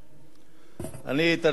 תרשה לי,